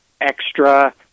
extra